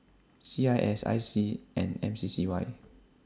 C I S I C and M C C Y